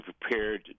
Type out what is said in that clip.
prepared